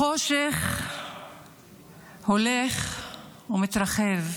החושך הולך ומתרחב,